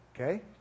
Okay